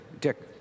Dick